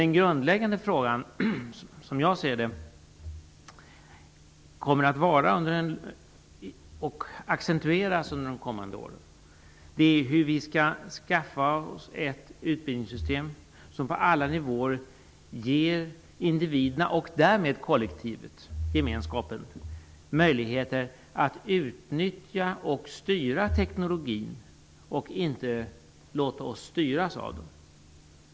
Den grundläggande frågan - som jag ser det - som accentueras under de kommande åren är hur vi skall skaffa oss ett utbildningssystem som på alla nivåer ger individerna och därmed kollektivet, gemenskapen, möjligheter att utnyttja och styra teknologin och inte låta oss styras av den.